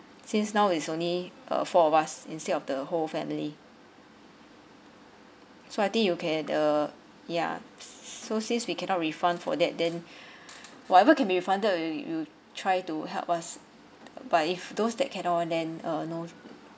since now it's only uh four of us instead of the whole family so I think you can uh ya so since we cannot refund for that then whatever can be refunded you you try to help us but if those that cannot [one] then uh no